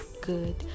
good